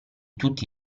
tutti